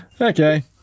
okay